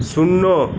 শূন্য